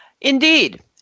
Indeed